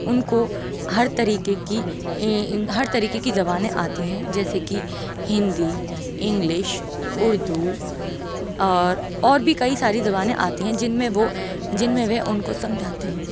اُن كو ہر طریقے كی ہر طریقے کی زبانیں آتی ہیں جیسےكہ ہندی انگلش اُردو اور اور بھی كئی ساری زبانیں آتی ہیں جن میں وہ جن میں وہ اُن كو سمجھاتے ہیں